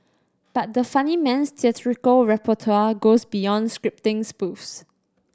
but the funnyman's theatrical repertoire goes beyond scripting spoofs